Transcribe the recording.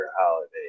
holiday